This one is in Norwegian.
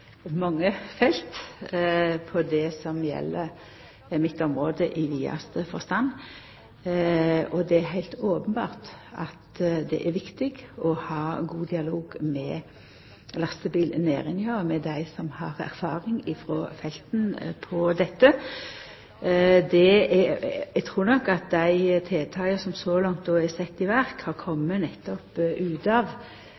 mange felt, på det som gjeld mitt område i vidaste forstand. Det er heilt openbert at det er viktig å ha god dialog med lastebilnæringa og med dei som har erfaring frå felten på dette. Eg trur nok at dei tiltaka som så langt er sette i verk, har